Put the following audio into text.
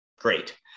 great